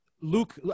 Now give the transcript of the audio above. Luke